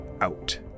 out